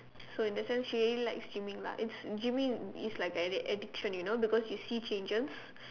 so in a sense she really likes gyming lah it's gyming is like an addiction you know because you see changes